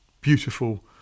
beautiful